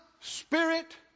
spirit